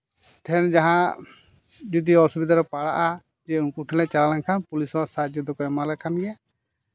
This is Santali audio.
ᱴᱷᱮᱱ ᱡᱟᱦᱟᱸ ᱚᱥᱩᱵᱤᱫᱷᱟᱨᱮ ᱯᱟᱲᱟᱜᱼᱟ ᱡᱮ ᱩᱱᱠᱩ ᱴᱷᱮᱱ ᱞᱮ ᱪᱟᱞᱟᱣ ᱞᱮᱱᱠᱷᱟᱱ ᱯᱩᱞᱤᱥ ᱦᱚᱸ ᱥᱟᱦᱟᱡᱽᱡᱚ ᱫᱚᱠᱚ ᱮᱢᱟᱞᱮ ᱠᱟᱱ ᱜᱮᱭᱟ